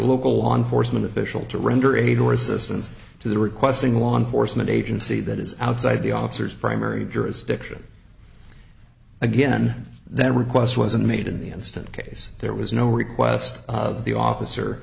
local law enforcement official to render aid or assistance to the requesting a law enforcement agency that is outside the officer's primary jurisdiction again that request wasn't made in the instant case there was no request of the officer